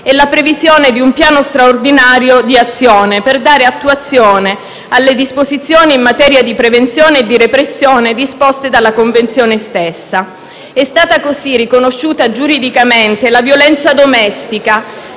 e la previsione di un piano straordinario di azione per dare attuazione alle disposizioni in materia di prevenzione e repressione contenute nella Convenzione stessa. È stata così riconosciuta giuridicamente la violenza domestica